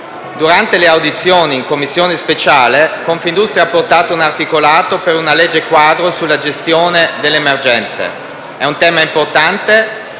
Durante le audizioni in Commissione speciale, Confindustria ha portato un articolato per una legge quadro sulla gestione delle emergenze. È un tema importante,